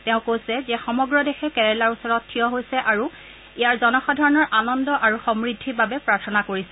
তেওঁ কৈছে যে সমগ্ৰ দেশে কেৰালাৰ ওচৰত ঠিয হৈছে আৰু ইয়াৰ জনসাধাৰণৰ আনন্দ আৰু সমৃদ্ধিৰ বাবে প্ৰাৰ্থনা কৰিছে